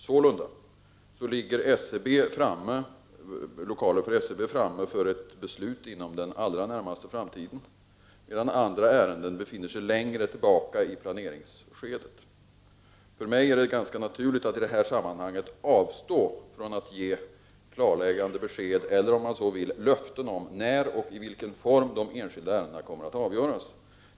Sålunda ligger lokalen för SCB framme för ett beslut inom den allra närmaste framtiden, medan andra ärenden befinner sig längre tillbaka i planeringsskedet. För mig är det ganska naturligt att i detta sammanhang avstå från att ge klarläggande besked eller, om man så vill, löften om när och i vilken form de enskilda ärendena kommer att avgöras.